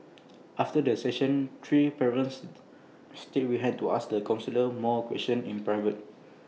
after the session three parents stayed behind to ask the counsellor more questions in private